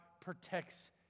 protects